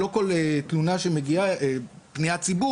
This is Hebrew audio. היא פנייה,